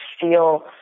feel